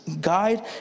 guide